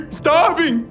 starving